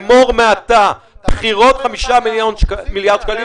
אמור מעתה: בחירות 5 מיליארד שקלים.